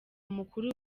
mukuru